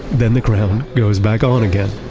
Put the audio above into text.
then the crown goes back on again